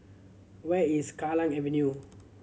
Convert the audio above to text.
where is Kallang Avenue